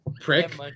Prick